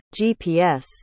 GPS